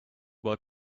work